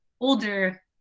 older